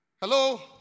Hello